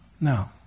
No